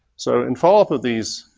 so in follow up of these,